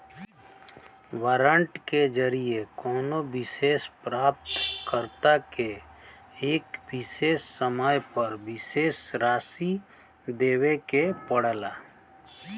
warrant के जरिये कउनो विशेष प्राप्तकर्ता के एक विशेष समय पर विशेष राशि देवे के पड़ला